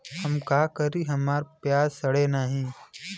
हम का करी हमार प्याज सड़ें नाही?